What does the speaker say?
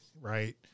Right